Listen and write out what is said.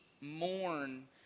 mourn